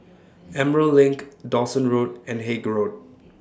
Emerald LINK Dawson Road and Haig Road